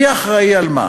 מי אחראי למה?